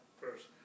first